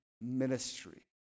ministry